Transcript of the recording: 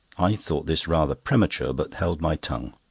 i thought this rather premature, but held my tongue.